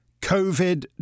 COVID